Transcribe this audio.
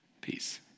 Peace